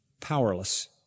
powerless